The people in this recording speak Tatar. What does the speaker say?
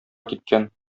киткән